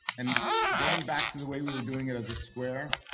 and going back to the way we were doing it as a square.